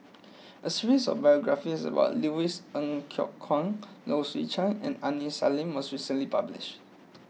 a series of biographies about Louis Ng Kok Kwang Low Swee Chen and Aini Salim was recently published